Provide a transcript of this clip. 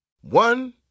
One